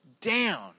down